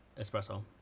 espresso